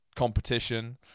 competition